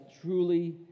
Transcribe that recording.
truly